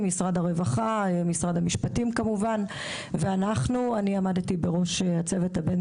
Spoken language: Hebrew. משרד הרווחה; משרד המשפטים ואנחנו; אני עמדתי בראש הצוות.